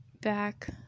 back